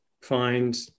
find